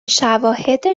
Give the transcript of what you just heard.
شواهد